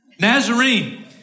Nazarene